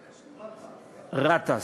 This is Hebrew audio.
גטאס.